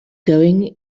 going